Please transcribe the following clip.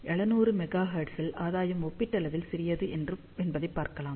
700 mega ஹெர்ட்ஸில் ஆதாயம் ஒப்பீட்டளவில் சிறியது என்பதைப் பார்க்கலாம்